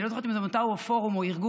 אני לא זוכרת אם זו עמותה, פורום או ארגון.